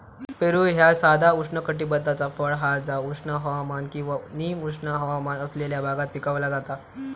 पेरू ह्या साधा उष्णकटिबद्धाचा फळ हा जा उष्ण हवामान किंवा निम उष्ण हवामान असलेल्या भागात पिकवला जाता